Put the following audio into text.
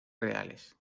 reales